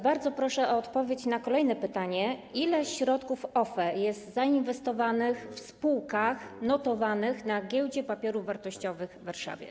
Bardzo proszę o odpowiedź na kolejne pytanie, o to, ile środków z OFE jest zainwestowanych w spółkach notowanych na Giełdzie Papierów Wartościowych w Warszawie.